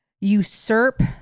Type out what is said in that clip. usurp